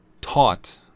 taught